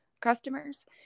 customers